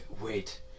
wait